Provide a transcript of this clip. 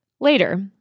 Later